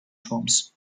turms